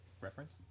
Reference